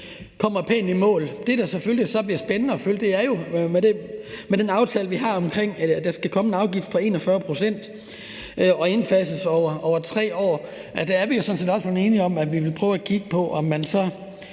kommer pænt i mål. Det, der selvfølgelig bliver spændende at følge, er den aftale, vi har, om, at der skal komme en afgift på 41 pct., som skal indfases over 3 år. Der er vi sådan set også blevet enige om, at vi skal prøve at kigge på, om man så